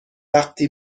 وقتی